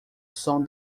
som